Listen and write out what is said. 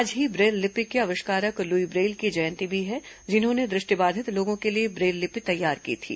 आज ही ब्रेल लिपि के आविष्कारक लुई ब्रेल की जयंती भी है जिन्होंने दु ष्टिबाधित लोगों के लिए ब्रेल लिपि तैयार की थी